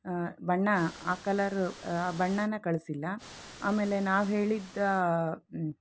ಬಣ್ಣ ಆ ಕಲರು ಆ ಬಣ್ಣನ ಕಳಿಸಿಲ್ಲ ಆಮೇಲೆ ನಾವು ಹೇಳಿದ್ದ